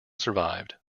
survived